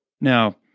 Now